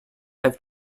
i’ve